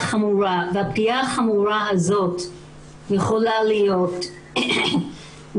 חמורה והפגיעה החמורה הזאת יכולה להיות מבחינת